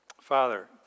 Father